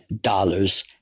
dollars